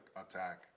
attack